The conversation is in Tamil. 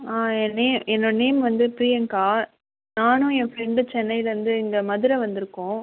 என் நே என்னோடய நேம் வந்து பிரியங்கா நானும் என் ஃப்ரெண்டும் சென்னையிலேருந்து இங்கே மதுரை வந்திருக்கோம்